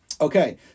Okay